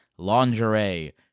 lingerie